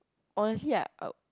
honestly I I